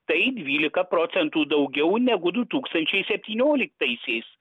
tai dvylika procentų daugiau negu du tūkstančiai septynioliktaisiais